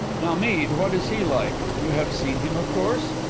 now, mead, what is he like? you have seen him, of course?